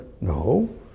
No